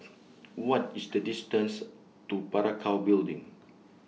What IS The distance to Parakou Building